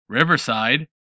Riverside